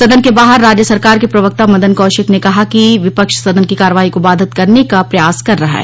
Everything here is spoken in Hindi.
सदन के बाहर राज्य सरकार के प्रवक्ता मदन कौशिक ने कहा कि विपक्ष सदन की कार्यवाही को बाधित करने का प्रयास कर रहा है